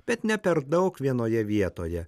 bet ne per daug vienoje vietoje